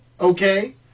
okay